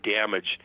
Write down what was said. damage